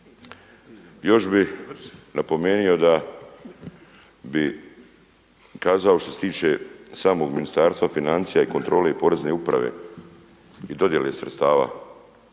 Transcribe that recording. Još bi napomenuo da bi kazao što se tiče samog Ministarstva financija i kontrole Porezne uprave i dodjele sredstava